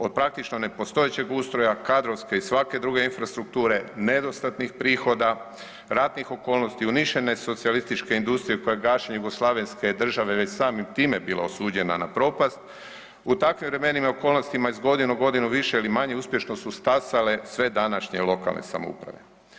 Od praktično nepostojećeg ustroja, kadrovske i svake druge infrastrukture, nedostatnih prihoda, ratnih okolnosti, uništene socijalističke industrije koja je gašenjem jugoslavenske države već samim time bila osuđena na propast, u takvim vremenima i okolnostima iz godine u godinu više ili manje uspješno su stasale sve današnje lokalne samouprave.